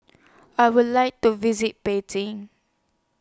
I Would like to visit Beijing